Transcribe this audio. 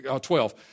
twelve